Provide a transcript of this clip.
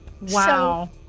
Wow